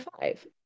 five